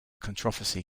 controversy